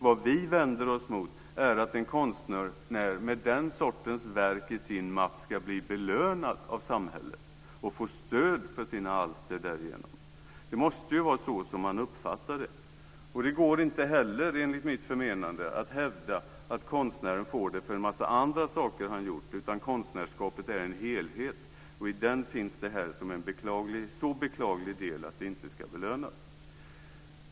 Det vi vänder oss emot är att en konstnär med den sortens verk i sin mapp ska bli belönad av samhället och därigenom få stöd för sina alster. Det måste vara så man uppfattar det. Det går inte heller, enligt mitt förmenande, att hävda att konstnären får livstidsgarantin för en massa andra saker han gjort. Konstnärskapet är en helhet och i den finns det här som en så beklaglig del att det inte ska belönas.